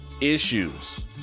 issues